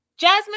Jasmine